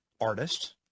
artist